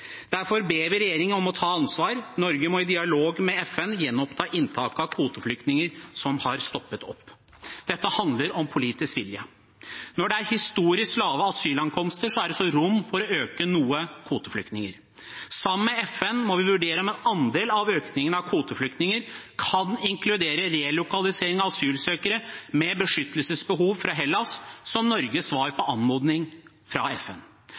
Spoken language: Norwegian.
Derfor ber vi regjeringen om å ta ansvar. Norge må i dialog med FN gjenoppta inntaket av kvoteflyktninger, som har stoppet opp. Dette handler om politisk vilje. Når det er historisk lave asylankomster, er det også rom for å øke antallet kvoteflyktninger noe. Sammen med FN må vi vurdere om en andel av økningen av kvoteflyktninger kan inkludere relokalisering av asylsøkere med beskyttelsesbehov fra Hellas, som Norges svar på anmodning fra FN.